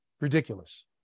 ridiculous